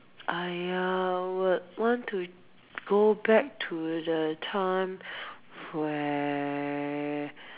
I ah would want to go back to the time where